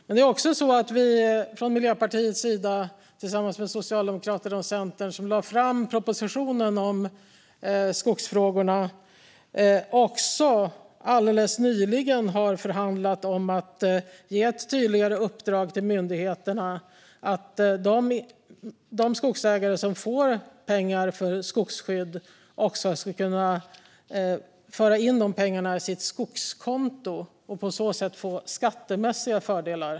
Men vi från Miljöpartiets sida, tillsammans med Socialdemokraterna och Centern, som lade fram propositionen om skogsfrågorna, har också alldeles nyligen förhandlat om att ge ett tydligare uppdrag till myndigheterna att de skogsägare som får pengar för skogsskydd också ska föra in pengarna på sina skogskonton och på så sätt få skattemässiga fördelar.